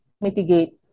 mitigate